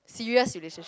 serious relationship